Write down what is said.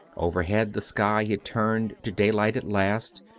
overhead the sky had turned to day light at last,